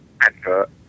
advert